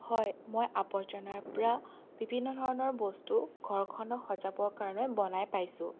হয় মই আৱৰ্জনাৰ পৰা বিভিন্ন ধৰণৰ বস্তু ঘৰখন সজাবৰ কাৰণে বনাই পাইছোঁ